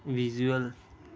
visual